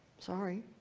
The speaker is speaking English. sorry,